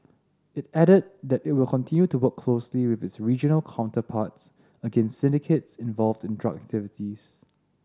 it added that it will continue to work closely with its regional counterparts against syndicates involved in drug activities